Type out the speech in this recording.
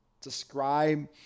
describe